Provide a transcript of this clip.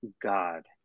God